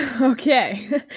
Okay